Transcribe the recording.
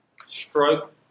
stroke